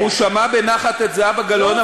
הוא שמע בנחת את זהבה גלאון,